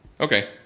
Okay